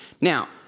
Now